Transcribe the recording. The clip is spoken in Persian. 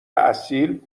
اصیل